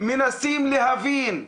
מנסים להבין.